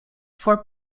for